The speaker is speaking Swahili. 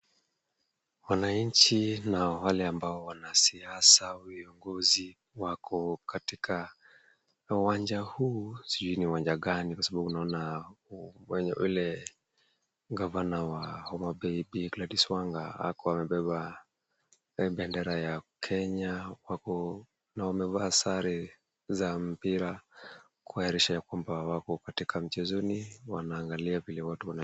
Wanainchi na wale ambao wanasiasa , viongozi, wako katika uwanja huu, sijui ni uwanja gani kwa sababu naona ule gavana wa Homabay Bi Glagys Wanga, akiwa amebeba bendera ya kenya. Ambapo na wamevaa sare za mpira kuashiria ya kwamba wako katika mchezoni wanaangalia vile watu wanacheza.